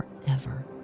forever